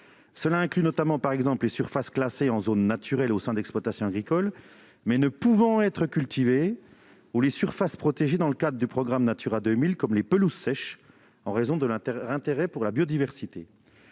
inclut notamment les surfaces classées en zone naturelle au sein d'exploitations agricoles, mais ne pouvant être cultivées, ou encore les terres protégées dans le cadre du programme Natura 2000, telles que les pelouses sèches, en raison de leur intérêt pour la biodiversité.